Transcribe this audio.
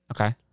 Okay